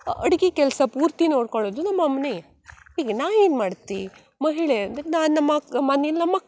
ಅಡಿಗೆ ಕೆಲಸ ಪೂರ್ತಿ ನೋಡ್ಕೊಳ್ಳುದು ನಮ್ಮ ಅಮ್ನೆ ಈಗ ನಾ ಏನು ಮಾಡ್ತಿ ಮಹಿಳೆ ಅಂದರೆ ನಾನು ನಮ್ಮ ಅಕ್ಕ ಮನಿಲಿ ನಮ್ಮ ಅಕ್ಕ